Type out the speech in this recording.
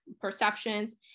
perceptions